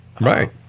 Right